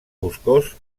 boscós